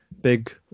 big